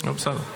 נקברו אנשים,